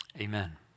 Amen